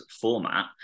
format